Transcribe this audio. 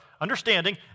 understanding